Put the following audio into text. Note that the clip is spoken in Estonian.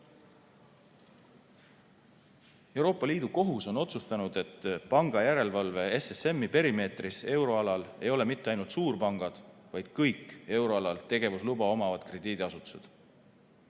Euroopa Liidu Kohus on otsustanud, et pangandusjärelevalve SSM-i perimeetris euroalal ei ole mitte ainult suurpangad, vaid kõik euroalal tegevusluba omavad krediidiasutused.